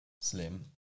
Slim